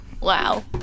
Wow